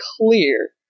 clear